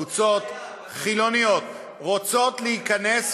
קבוצות חילוניות עם קבוצות אין בעיה,